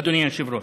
אדוני היושב-ראש.